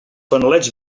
fanalets